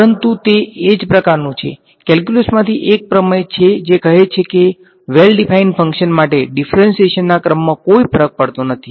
પરંતુ તે એજ પ્રકારનું છે કેલ્ક્યુલસમાંથી એક પ્રમેય છે જે કહે છે કે વેલ ડીફાઈન ફંક્શન માટે ડીફરંશીયેશનના ક્રમમાં કોઈ ફરક પડતો નથી